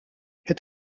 het